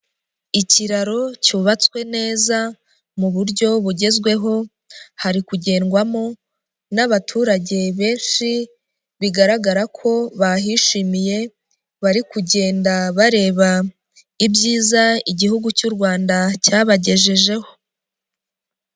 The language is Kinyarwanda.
Ikiraro cyubatswe neza mu buryo bugezweho, hari kugendwamo n'abaturage benshi bigaragara ko bahishimiye, bari kugenda bareba ibyiza Igihugu cy'u Rwanda cyabagejejeho.